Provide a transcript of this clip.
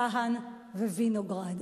כהן ווינוגרד.